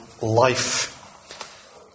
life